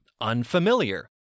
unfamiliar